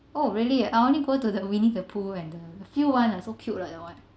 oh really ah I only go to the Winnie the Pooh and the few [one] ah so cute ah that [one]